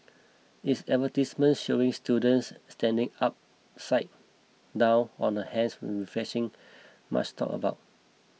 its advertisements showing students standing upside down on their hands were refreshing much talked about